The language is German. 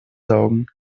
saugen